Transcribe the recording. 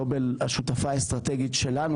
נובל השותפה האסטרטגית שלנו,